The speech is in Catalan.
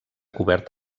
cobert